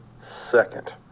second